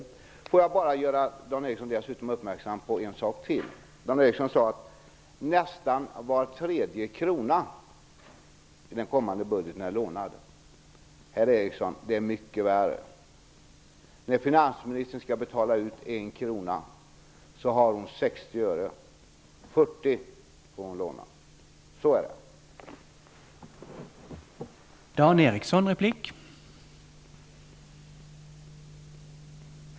Jag vill dessutom bara göra Dan Eriksson uppmärksam på en sak till. Dan Eriksson sade att nästan var tredje krona i den kommande budgeten är lånad. Herr Eriksson, det är mycket värre. När finansministern skall betala ut en krona har hon 60 öre, 40 öre får hon låna.